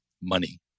money